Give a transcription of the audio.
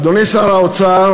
אדוני שר האוצר,